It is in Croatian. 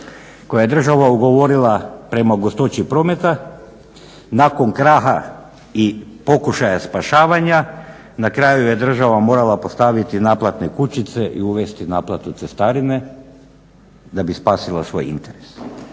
koja je država ugovorila prema gustoći prometa, nakon kraha i pokušaja spašavanja na kraju je morala postaviti naplatne kućice i uvesti naplatu cestarine da bi spasila svoj interes.